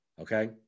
Okay